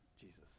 Jesus